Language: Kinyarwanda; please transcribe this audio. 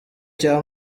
cya